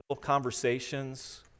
conversations